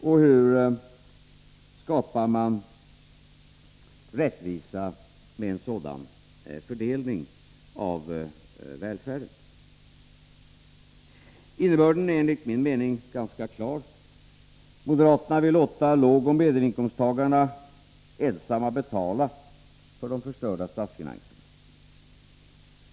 Och hur skapar man rättvisa med en sådan fördelning av välfärden? Innebörden är enligt min mening ganska klar: Moderaterna vill låta lågoch medelinkomsttagarna ensamma betala för de förstörda statsfinanserna.